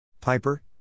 Piper